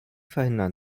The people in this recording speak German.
verhindern